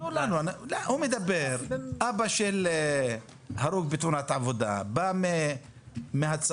מדבר אבא של הרוג בתאונת עבודה, בא מהצפון.